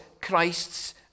Christ's